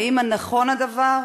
1. האם נכון הדבר?